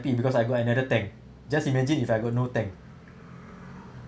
happy because I got another tank just imagine if I got no tank